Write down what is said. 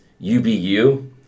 UBU